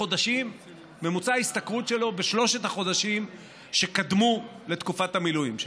ממוצע ההשתכרות שלו בשלושת החודשים שקדמו לתקופת המילואים שלו.